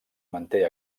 manté